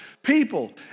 People